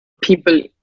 people